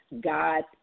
God